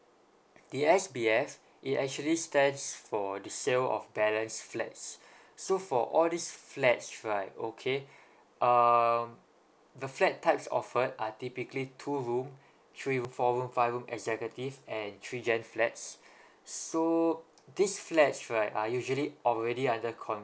the S_B_F it actually stands for the sale of balance flats so for all these flats right okay um the flat types offered are typically two room three room four room five room executive and three gen flats so these flats right are usually already under con~